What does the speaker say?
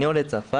אני עולה מצרפת.